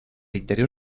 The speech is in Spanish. interior